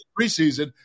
preseason